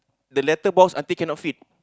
the letterbox until cannot fit